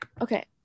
Okay